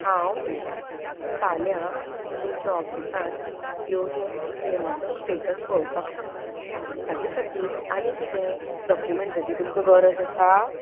हांव फाल्यां तुमच्या ऑफिसांत येवन क्लेमाचो स्टेटस पळोवपाक शकतां ताचे खातीर आनी कितेंय डॉक्युमेंट्सांची तुमकां गरज आसा